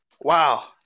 Wow